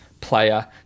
player